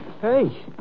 Hey